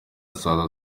saa